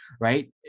right